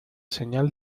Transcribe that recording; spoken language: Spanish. señal